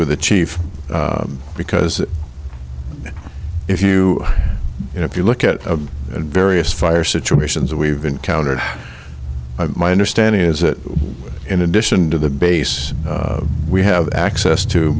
with the chief because if you if you look at the various fire situations that we've encountered my understanding is that in addition to the base we have access to